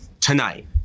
tonight